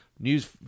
News